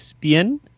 bien